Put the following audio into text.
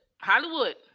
hollywood